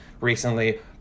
recently